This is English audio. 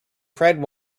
fred